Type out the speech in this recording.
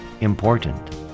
important